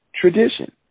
tradition